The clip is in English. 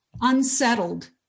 unsettled